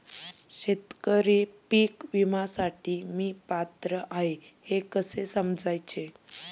शेतकरी पीक विम्यासाठी मी पात्र आहे हे कसे समजायचे?